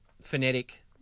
Phonetic